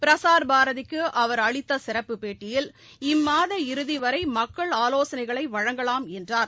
பிரசாா் பாரதிக்குஅவர் அளித்தசிறப்புப் பேட்டயில் இம்மாத இறுதிவரைமக்கள் ஆலோசனைவழங்கலாம் என்றார்